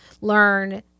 learn